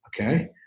okay